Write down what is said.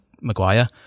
Maguire